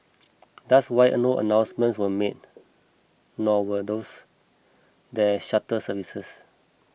thus why a no announcements were made nor were those there shuttle services